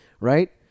right